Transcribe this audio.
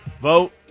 Vote